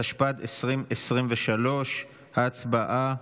התשפ"ד 2023. הצבעה.